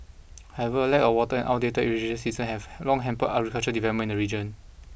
however lack of water and outdated irrigation systems have long hampered agricultural development in the region